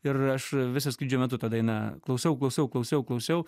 ir aš viso skrydžio metu tą dainą klausiau klausiau klausiau klausiau